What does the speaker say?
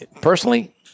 Personally